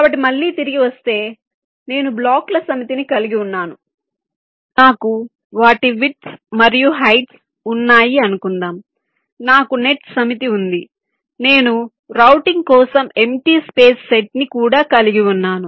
కాబట్టి మళ్ళీ తిరిగి వస్తే కాబట్టి నేను బ్లాకుల సమితిని కలిగి ఉన్నాను నాకు వాటి విదుత్స్ మరియు హైట్స్ ఉన్నాయి అనుకుందాం నాకు నెట్స్ సమితి ఉంది నేను రౌటింగ్ కోసం ఎంప్టీ స్పేస్ సెట్ ని కూడా కలిగి ఉన్నాను